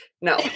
No